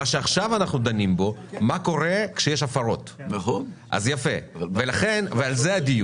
מה שעכשיו אנחנו דנים בו זה מה קורה כשיש הפרות ועל זה הדיון.